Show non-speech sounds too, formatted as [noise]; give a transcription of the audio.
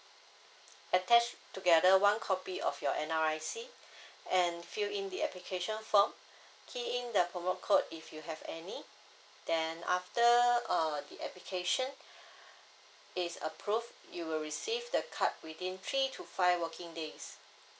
attach together one copy of your N_R_I_C [breath] and fill in the application form key in the promo code if you have any then after err the application [breath] is approved you will receive the card within three to five working days